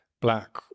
black